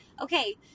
Okay